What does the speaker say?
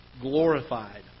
glorified